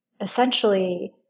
essentially